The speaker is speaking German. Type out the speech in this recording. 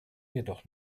jedoch